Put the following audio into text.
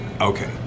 okay